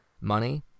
money